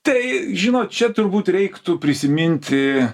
tai žinot čia turbūt reiktų prisiminti